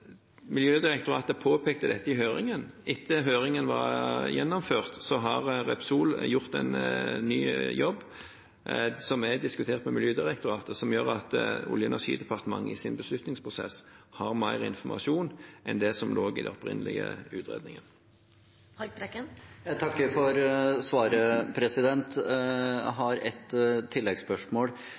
Miljødirektoratet påpekte dette i høringen. Men etter at høringen var gjennomført, har Repsol gjort en ny jobb, som er diskutert med Miljødirektoratet, som gjør at Olje- og energidepartementet i sin beslutningsprosess har mer informasjon enn det som lå i den opprinnelige utredningen. Jeg takker for svaret. Jeg har ett tilleggsspørsmål,